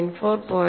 4 0